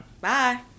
Bye